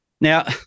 Now